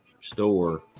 store